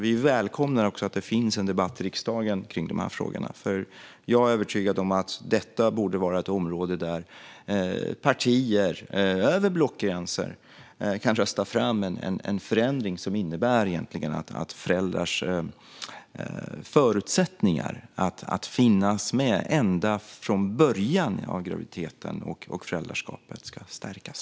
Vi välkomnar att det finns en debatt i riksdagen om dessa frågor, för jag är övertygad om att detta borde vara ett område där partier över blockgränser kan rösta fram en förändring som innebär att föräldrars förutsättningar att finnas med ända från början av graviditeten och föräldraskapet ska stärkas.